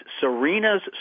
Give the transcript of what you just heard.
Serena's